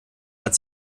hat